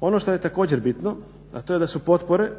Ono što je također bitno a to je da su potpore